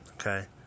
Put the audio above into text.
okay